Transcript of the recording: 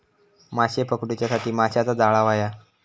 माशे पकडूच्यासाठी माशाचा जाळां होया